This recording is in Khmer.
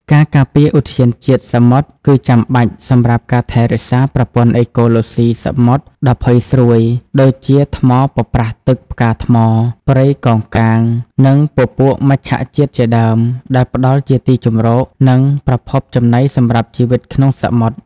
ការការពារឧទ្យានជាតិសមុទ្រគឺចាំបាច់សម្រាប់ការថែរក្សាប្រព័ន្ធអេកូឡូស៊ីសមុទ្រដ៏ផុយស្រួយ ដូចជាថ្មប៉ប្រះទឹកផ្កាថ្ម ព្រៃកោងកាង និងពពួកមច្ឆជាតិជាដើម ដែលផ្តល់ជាទីជម្រក និងប្រភពចំណីសម្រាប់ជីវិតក្នុងសមុទ្រ។